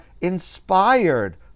inspired